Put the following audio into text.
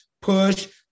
push